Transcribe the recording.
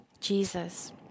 Jesus